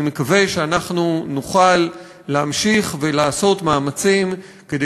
אני מקווה שאנחנו נוכל להמשיך ולעשות מאמצים כדי